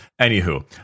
anywho